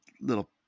little